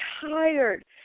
tired